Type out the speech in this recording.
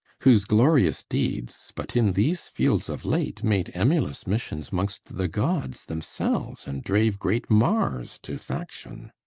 whose glorious deeds but in these fields of late made emulous missions mongst the gods themselves, and drave great mars to faction.